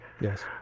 Yes